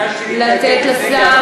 זה מה שנשים שוות בכסף?